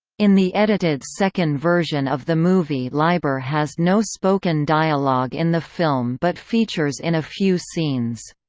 in the edited second version of the movie leiber has no spoken dialogue in the film but features in a few scenes.